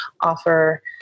offer